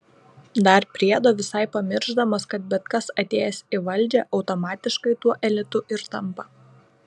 dar priedo visai pamiršdamas kad bet kas atėjęs į valdžią automatiškai tuo elitu ir tampa